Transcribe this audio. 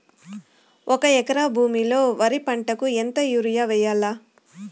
ఒక ఎకరా భూమిలో వరి పంటకు ఎంత యూరియ వేయల్లా?